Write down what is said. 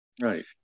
Right